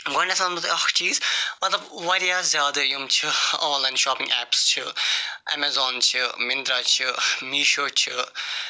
گۄڈنٮ۪تھ ونہٕ بہٕ تۄہہِ اکھ چیٖز مَطلَب واریاہ زیادٕ یِم چھِ آنلاین شاپِنٛگ ایپٕس چھِ امیزان چھِ مِنترا چھِ میٖشو چھِ